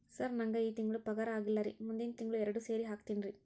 sir ನಂಗ ಈ ತಿಂಗಳು ಪಗಾರ ಆಗಿಲ್ಲಾರಿ ಮುಂದಿನ ತಿಂಗಳು ಎರಡು ಸೇರಿ ಹಾಕತೇನ್ರಿ